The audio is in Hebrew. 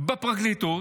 בפרקליטות,